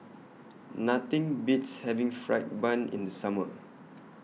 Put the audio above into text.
Nothing Beats having Fried Bun in The Summer